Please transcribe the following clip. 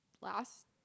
last